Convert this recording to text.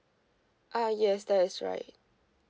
uh yes that is right